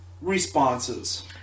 responses